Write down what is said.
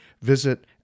Visit